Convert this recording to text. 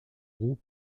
roues